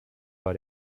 bei